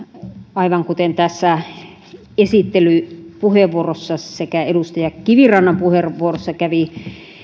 aivan kuten esittelypuheenvuorossa sekä edustaja kivirannan puheenvuorossa kävi